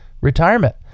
retirement